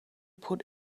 put